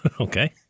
Okay